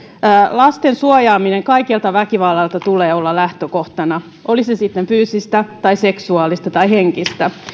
lasten suojaamisen kaikelta väkivallalta tulee olla lähtökohtana oli se sitten fyysistä tai seksuaalista tai henkistä